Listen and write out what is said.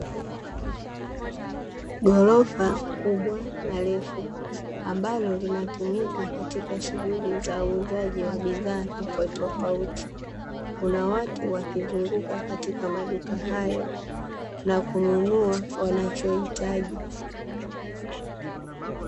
Ghorofa kubwa na refu ambalo linatumika katika shughuli za uuzaji wa bidhaa tofauti, kuna watu wakizunguka katika maduka hayo na kununua wanachohitaji.